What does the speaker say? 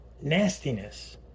nastiness